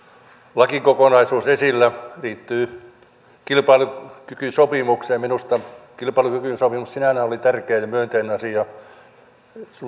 lakikokonaisuus joka liittyy kilpailukykysopimukseen minusta kilpailukykysopimus sinällään oli tärkeä ja myönteinen asia suomelle se